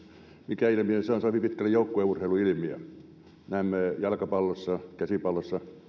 mikä ilmiö se on se on hyvin pitkälle joukkueurheiluilmiö näemme jalkapallossa ja käsipallossa